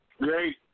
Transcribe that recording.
great